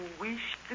wish